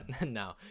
no